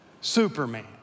Superman